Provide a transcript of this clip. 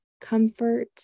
comfort